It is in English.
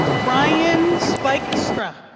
ryan spykstra